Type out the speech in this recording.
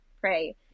pray